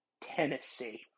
Tennessee